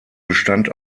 bestand